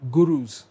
Gurus